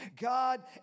God